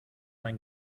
mein